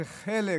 זה חלק